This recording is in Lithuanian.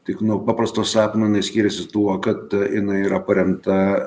tik nuo paprasto sapno jinai skiriasi tuo kad jinai yra paremta